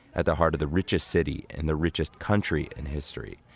at the heart of the richest city and the richest country in history,